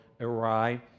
awry